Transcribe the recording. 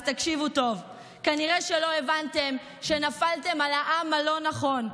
אז תקשיבו טוב: כנראה לא הבנתם שנפלתם על העם הלא-נכון.